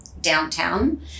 downtown